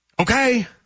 Okay